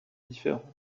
différentes